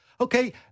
Okay